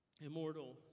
immortal